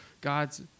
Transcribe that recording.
God's